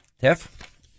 Tiff